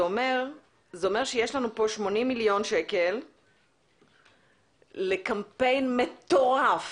זה אומר שיש לנו פה 80 מיליון שקל לקמפיין מטורף